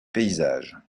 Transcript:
paysages